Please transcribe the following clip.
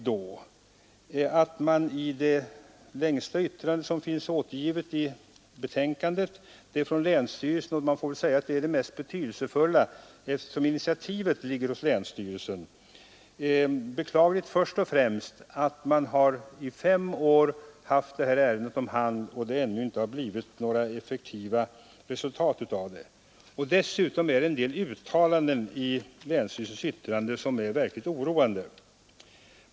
Det främsta yttrande som finns återgivet i betänkandet är det från länsstyrelsen, och man får väl säga att det också är det mest betydelsefulla, eftersom initiativet ligger hos länsstyrelsen. Det är beklagligt att länsstyrelsen i fem år haft detta ärende om hand utan att det ännu blivit några effektiva resultat av det. I länsstyrelsens yttrande finns beklagligtvis en del uttalanden som är verkligt oroande.